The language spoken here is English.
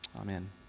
Amen